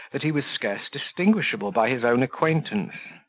that he was scarce distinguishable by his own acquaintance.